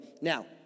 Now